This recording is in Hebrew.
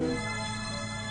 נעים.